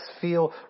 feel